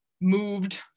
moved